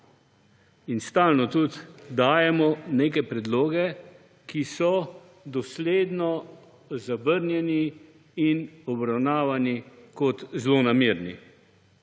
stalno tudi dajemo neke predloge, ki so dosledno zavrnjeni in obravnavani kot zlonamerni.